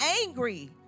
angry